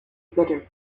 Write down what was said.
bitter